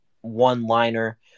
one-liner